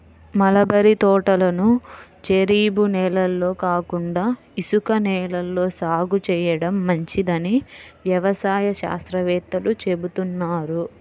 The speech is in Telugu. మలబరీ తోటలను జరీబు నేలల్లో కాకుండా ఇసుక నేలల్లో సాగు చేయడం మంచిదని వ్యవసాయ శాస్త్రవేత్తలు చెబుతున్నారు